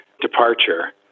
departure